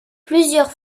plusieurs